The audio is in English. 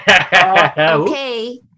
Okay